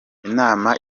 inama